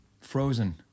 Frozen